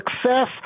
Success